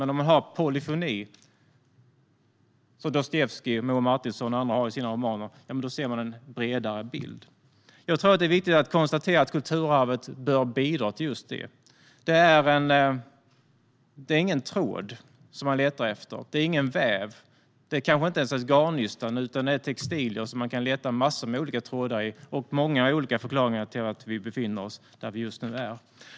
Men om man har polyfoni, som Dostojevskij, Moa Martinson och andra har i sina romaner, ser man en bredare bild. Jag tror att det är viktigt att konstatera att kulturarvet bör bidra till just detta. Det är ingen tråd som man letar efter. Det är ingen väv. Det är kanske inte ens ett garnnystan, utan det är textilier där man kan leta efter massor av olika trådar och hitta många olika förklaringar till att vi befinner oss där vi just nu är.